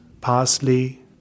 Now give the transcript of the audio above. parsley